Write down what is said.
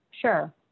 Sure